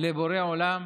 לבורא עולם,